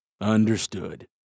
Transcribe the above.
Understood